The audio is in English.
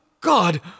God